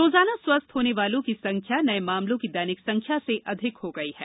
रोजाना स्वस्थ होने वालों की संख्या नये मामलों की दैनिक संख्या से अधिक हो गई है